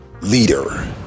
leader